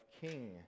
king